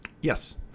yes